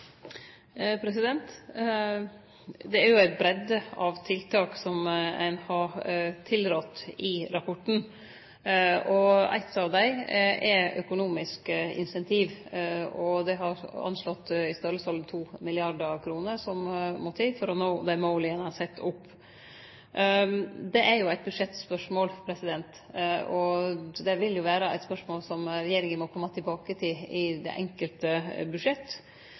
rapporten. Eit av dei er økonomiske incentiv, og det er anslått i størrelsesordenen 2 mrd. kr som må til for å nå det målet ein har sett opp. Det er jo eit budsjettspørsmål. Så dette vil jo vere eit spørsmål som regjeringa vil måtte kome tilbake til i det enkelte